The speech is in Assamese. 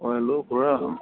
অঁ হেল্ল' খুৰা